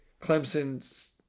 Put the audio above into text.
Clemson